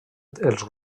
dels